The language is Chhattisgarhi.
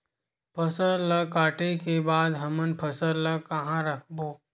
फसल ला काटे के बाद हमन फसल ल कहां रखबो?